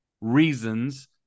reasons